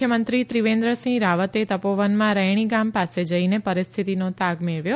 મુખ્યમંત્રી ત્રિવેન્દ્ર સિંહ રાવતે તપોવનમાં રૈણી ગામ પાસે જઇને પરિસ્થિતિનો તાગ મેળવ્યો